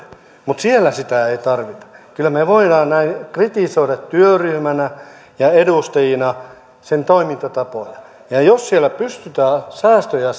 mutta siellä sitä ei tarvita kyllä me me voimme näin kritisoida työryhmänä ja edustajina sen toimintatapoja ja jos siellä pystytään säästöjä